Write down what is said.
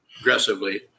aggressively